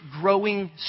growing